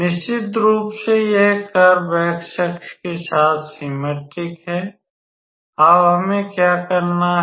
निश्चित रूप से यह कर्व x अक्ष के साथ सिममेट्रिक है अब हमें क्या करना है